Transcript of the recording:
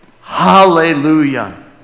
hallelujah